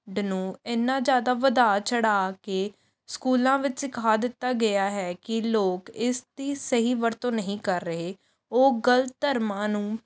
ਡ ਨੂੰ ਐਨਾ ਜ਼ਿਆਦਾ ਵਧਾ ਚੜਾ ਕੇ ਸਕੂਲਾਂ ਵਿੱਚ ਸਿਖਾ ਦਿੱਤਾ ਗਿਆ ਹੈ ਕਿ ਲੋਕ ਇਸ ਦੀ ਸਹੀ ਵਰਤੋਂ ਨਹੀਂ ਕਰ ਰਹੇ ਉਹ ਗਲਤ ਧਰਮਾਂ ਨੂੰ